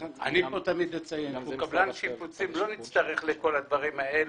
אני אומר כקבלן שיפוצים לא נצטרך לכל הדברים האלה,